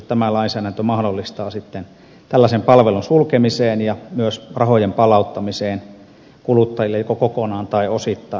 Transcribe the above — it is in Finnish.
tämä lainsäädäntö mahdollistaa tällaisen palvelun sulkemisen ja myös rahojen palauttamisen kuluttajille joko kokonaan tai osittain